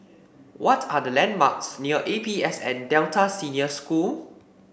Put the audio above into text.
what are the landmarks near A P S N Delta Senior School